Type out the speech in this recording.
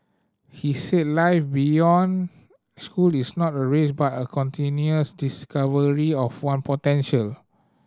he said life beyond school is not a race but a continuous discovery of one potential